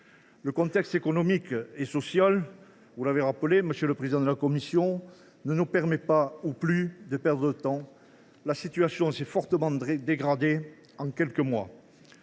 Le contexte économique et social, vous l’avez rappelé, monsieur le président de la commission, ne nous permet pas ou ne nous permet plus de perdre du temps. La situation s’est en effet fortement dégradée en quelques mois.